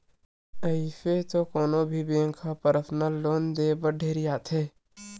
अइसे तो कोनो भी बेंक ह परसनल लोन देय बर ढेरियाथे